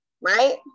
right